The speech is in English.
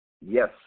Yes